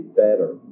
better